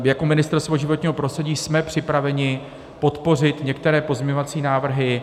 Jako Ministerstvo životního prostředí jsme připraveni podpořit některé pozměňovací návrhy.